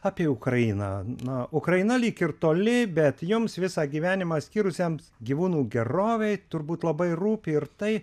apie ukrainą na ukraina lyg ir toli bet jums visą gyvenimą skyrusiams gyvūnų gerovei turbūt labai rūpi ir tai